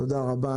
תודה רבה.